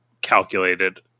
calculated